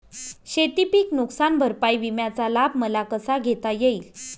शेतीपीक नुकसान भरपाई विम्याचा लाभ मला कसा घेता येईल?